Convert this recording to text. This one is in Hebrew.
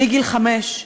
מגיל חמש,